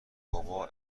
بابا